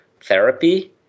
therapy